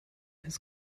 his